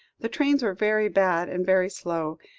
the trains were very bad and very slow,